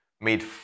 made